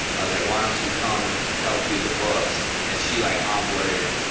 i was like, why don't come help do the books? and she like on-boarded,